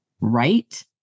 Right